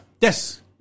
Yes